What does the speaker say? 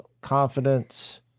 confidence